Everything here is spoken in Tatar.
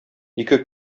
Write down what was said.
ике